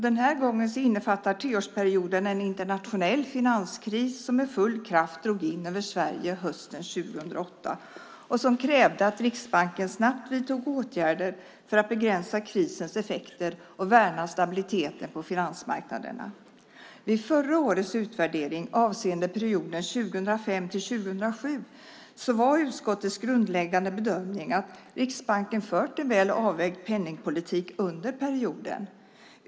Denna gång innefattar treårsperioden en internationell finanskris som med full kraft drog in över Sverige hösten 2008 och som krävde att Riksbanken snabbt vidtog åtgärder för att begränsa krisens effekter och värna stabiliteten på finansmarknaderna. Vid förra årets utvärdering avseende perioden 2005-2007 var utskottets grundläggande bedömning att Riksbanken fört en väl avvägd penningpolitik under perioden.